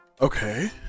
okay